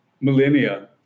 millennia